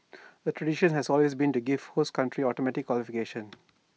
the tradition has always been to give host country automatic qualification